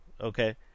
Okay